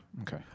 Okay